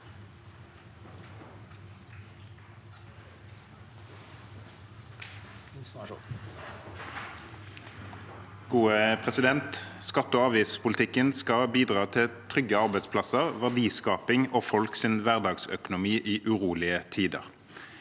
og 3): Skatte- og avgiftspolitikken skal bidra til trygge arbeidsplasser, verdiskaping og folks hverdagsøkonomi i urolige tider.